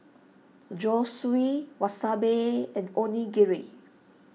Zosui Wasabi and Onigiri